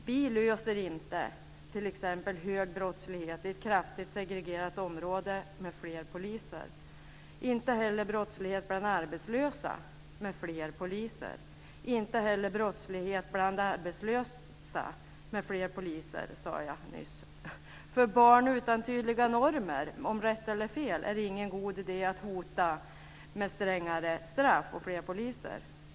Vi löser inte t.ex. hög brottslighet i ett kraftigt segregerat område med fler poliser, inte heller brottslighet bland arbetslösa med fler poliser. Barn utan tydliga normer om rätt och fel är det ingen god idé att hota med strängare straff och fler poliser.